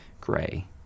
gray